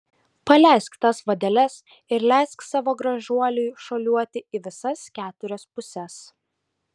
paleisk tas vadeles ir leisk savo gražuoliui šuoliuoti į visas keturias puses